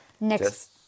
next